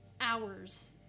hours